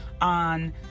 on